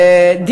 שאלתך,